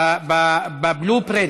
ב-blue print,